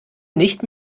nicht